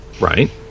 right